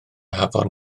hafan